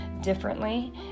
differently